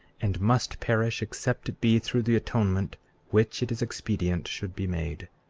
and must perish except it be through the atonement which it is expedient should be made.